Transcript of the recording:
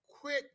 quick